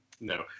No